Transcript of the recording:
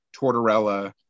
Tortorella